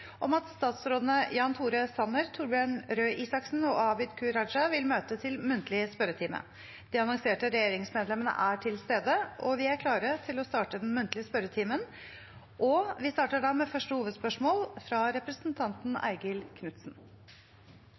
om at statsrådene Jan Tore Sanner, Torbjørn Røe Isaksen og Abid Q. Raja vil møte til muntlig spørretime. De annonserte regjeringsmedlemmene er til stede, og vi er klare til å starte den muntlige spørretimen. Vi starter med første hovedspørsmål, fra representanten Eigil Knutsen.